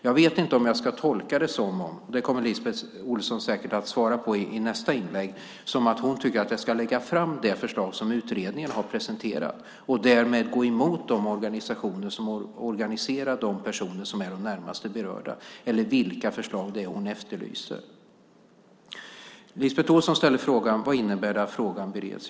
Jag vet inte om jag ska tolka det - LiseLotte Olsson kommer säkert att svara på det i nästa inlägg - som att hon tycker att jag ska lägga fram det förslag som utredningen har presenterat och därmed gå emot de organisationer som organiserar de personer som är de närmast berörda eller om det är andra förslag hon efterlyser. LiseLotte Olsson ställer frågan: Vad innebär det att frågan bereds?